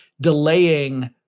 delaying